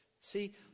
See